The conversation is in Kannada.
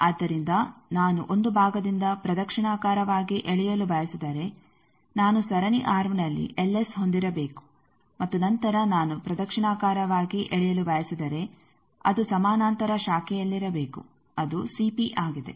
ಆದ್ದರಿಂದ ನಾನು ಒಂದು ಭಾಗದಿಂದ ಪ್ರದಕ್ಷಿಣಾಕಾರವಾಗಿ ಎಳೆಯಲು ಬಯಸಿದರೆ ನಾನು ಸರಣಿ ಆರ್ಮ್ನಲ್ಲಿ ಹೊಂದಿರಬೇಕು ಮತ್ತು ನಂತರ ನಾನು ಪ್ರದಕ್ಷಿಣಾಕಾರವಾಗಿ ಎಳೆಯಲು ಬಯಸಿದರೆ ಅದು ಸಮಾನಾಂತರ ಶಾಖೆಯಲ್ಲಿರಬೇಕು ಅದು ಆಗಿದೆ